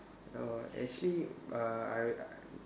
err actually uh I I